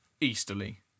easterly